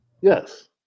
Yes